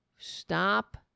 Stop